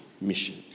mission